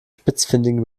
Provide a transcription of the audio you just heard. spitzfindigen